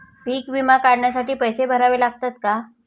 पीक विमा काढण्यासाठी पैसे भरावे लागतात का?